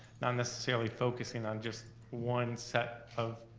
not necessarily focusing on just one set of,